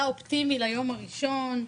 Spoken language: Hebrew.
בא אופטימי ליום הראשון,